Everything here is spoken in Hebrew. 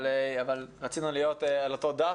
אבל רצינו להיות על אותו דף,